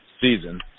season